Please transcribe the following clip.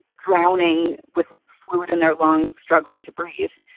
drowning with fluid in their lungs, struggling to breathe.